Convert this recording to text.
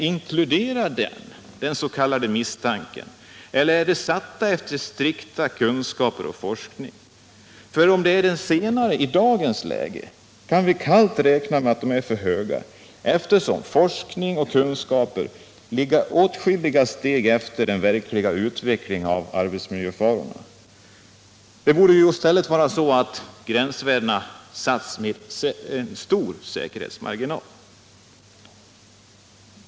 Inkluderar denna sänkning den s.k. misstanken, eller är gränsvärdena satta efter strikta kunskaper och forskningsresultat? I det senare fallet kan vi i dagens läge kallt räkna med att värdena är för höga, eftersom forskning och kunskaper ligger åtskilliga steg efter den verkliga utvecklingen av arbetsmiljöfarorna. Det borde i stället vara så, att gränsvärdena sätts med stor säkerhetsmarginal.